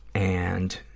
and,